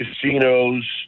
casinos